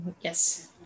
yes